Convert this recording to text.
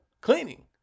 cleaning